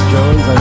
Jones